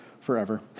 forever